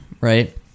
right